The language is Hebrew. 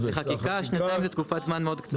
לחקיקה שנתיים זו תקופת זמן מאוד קצרה.